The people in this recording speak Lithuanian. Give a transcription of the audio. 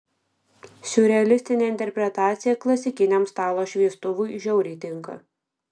siurrealistinė interpretacija klasikiniam stalo šviestuvui žiauriai tinka